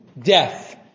Death